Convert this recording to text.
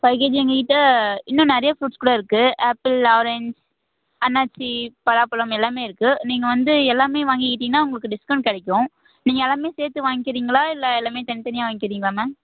five KG எங்கள்கிட்ட இன்னும் நிறையா ஃப்ரூட்ஸ் கூட இருக்கு ஆப்பிள் ஆரேஞ்ச் அன்னாச்சி பலாப்பழம் எல்லாமே இருக்கு நீங்கள் வந்து எல்லாமே வாங்கிக்கிட்டிங்கனா உங்களுக்கு டிஸ்கவுண்ட் கிடைக்கும் நீங்கள் எல்லாமே சேர்த்து வாங்கிக்கிறீங்களா இல்லை எல்லாமே தனித்தனியாக வாங்கிக்கிறீங்களா மேம்